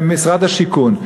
במשרד השיכון.